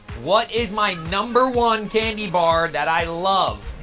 what is my number one candy bar that i love?